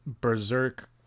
Berserk